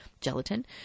gelatin